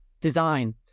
design